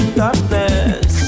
darkness